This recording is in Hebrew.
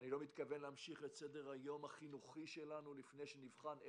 אני לא מתכוון להמשיך את סדר-היום החינוכי שלנו לפני שנבחן,